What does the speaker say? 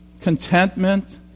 contentment